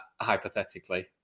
hypothetically